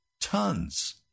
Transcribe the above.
tons